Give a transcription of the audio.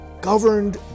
governed